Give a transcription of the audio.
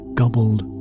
gobbled